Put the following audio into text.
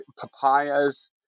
papayas